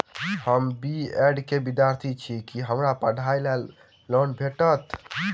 हम B Ed केँ विद्यार्थी छी, की हमरा पढ़ाई लेल लोन भेटतय?